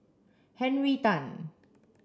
Henry Tan